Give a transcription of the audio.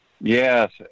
yes